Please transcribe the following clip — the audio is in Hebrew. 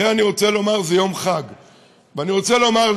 לכן אני רוצה לומר,